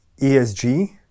ESG